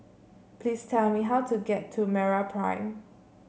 please tell me how to get to MeraPrime